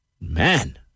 Man